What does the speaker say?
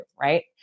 Right